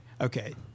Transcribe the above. okay